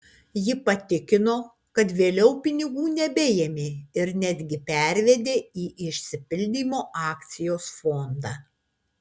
ji patikino kad vėliau pinigų nebeėmė ir netgi pervedė į išsipildymo akcijos fondą